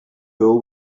pool